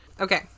Okay